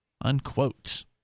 unquote